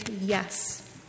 yes